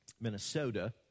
Minnesota